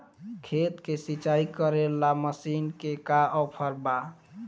खेत के सिंचाई करेला मशीन के का ऑफर बा?